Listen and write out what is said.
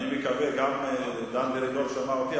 גם דן מרידור שמע אותי,